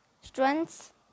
Strengths